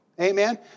Amen